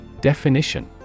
Definition